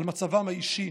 על מצבם האישי,